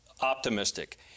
optimistic